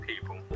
people